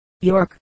York